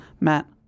Matt